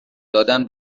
دادن